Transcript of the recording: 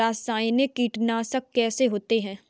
रासायनिक कीटनाशक कैसे होते हैं?